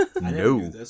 No